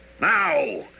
Now